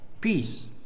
peace